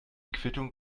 quittung